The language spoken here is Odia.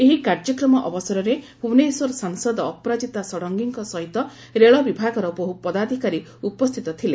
ଏହି କାର୍ଯ୍ୟକ୍ରମ ଅବସରରେ ଭୁବନେଶ୍ୱର ସାଂସଦ ଅପରାଜିତା ଷଡଙ୍ଗୀଙ୍କ ସହିତ ରେଳବିଭାଗର ବହୁପଦାଧିକାରୀ ଉପସ୍ଥିତ ଥିଲେ